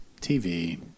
TV